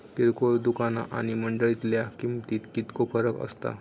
किरकोळ दुकाना आणि मंडळीतल्या किमतीत कितको फरक असता?